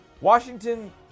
Washington